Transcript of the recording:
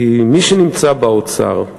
כי מי שנמצא באוצר,